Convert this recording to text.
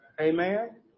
Amen